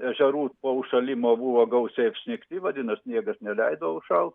ežerų po užšalimo buvo gausiai apsnigti vadinas sniegas neleido užšalt pilnai